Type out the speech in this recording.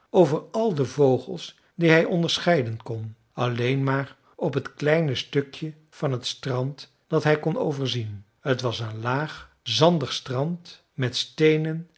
over al de vogels die hij onderscheiden kon alleen maar op het kleine stukje van het strand dat hij kon overzien t was een laag zandig strand met steenen